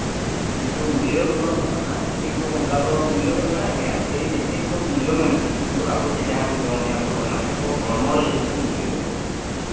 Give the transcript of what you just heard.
ᱠᱤᱱᱛᱩ ᱢᱩᱞᱞᱚ ᱫᱚ ᱵᱟᱹᱱᱩᱜ ᱟᱱᱟ ᱠᱤᱱᱛᱩ ᱚᱱᱠᱟ ᱫᱚ ᱢᱩᱞᱞᱚ ᱫᱚ ᱢᱮᱱᱟᱜ ᱜᱮᱭᱟ ᱠᱤᱨᱤᱧ ᱟᱹᱠᱷᱨᱤᱧ ᱨᱮᱫᱚ ᱢᱩᱞᱞᱚ ᱢᱮᱱᱟᱜᱼᱟ ᱠᱤᱱᱛᱩ ᱟᱵᱚ ᱡᱮ ᱡᱟᱦᱟᱸᱭ ᱵᱚᱱ ᱡᱚᱢᱮᱫᱼᱟ ᱵᱚᱱ ᱮᱢᱟᱱᱮᱫᱼᱟ ᱵᱚᱱ ᱦᱚᱲᱢᱚ ᱨᱮ ᱞᱟᱹᱜᱤᱫ ᱛᱮᱫᱚ ᱢᱩᱞᱞᱚ ᱫᱚ ᱵᱟᱹᱱᱩᱜᱼᱟ